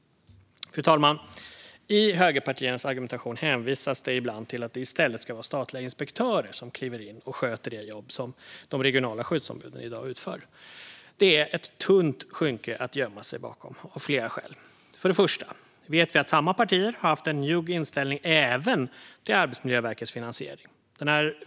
Fru talman! I högerpartiernas argumentation hänvisas det ibland till att det i stället ska vara statliga inspektörer som kliver in och sköter det jobb som de regionala skyddsombuden i dag utför. Det är ett tunt skynke att gömma sig bakom, av flera skäl. För det första vet vi att samma partier har haft en njugg inställning även till Arbetsmiljöverkets finansiering.